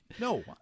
no